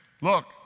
look